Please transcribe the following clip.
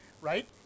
Right